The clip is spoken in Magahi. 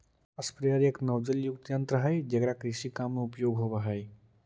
स्प्रेयर एक नोजलयुक्त यन्त्र हई जेकरा कृषि काम में उपयोग होवऽ हई